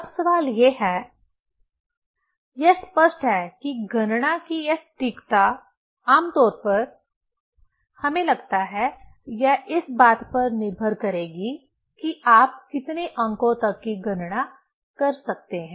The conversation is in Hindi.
अब सवाल यह है यह स्पष्ट है कि गणना की यह सटीकता आम तौर पर हमें लगता है यह इस बात पर निर्भर करेगी कि आप कितने अंकों तक की गणना कर सकते हैं